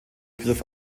begriff